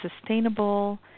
sustainable